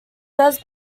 goes